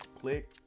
click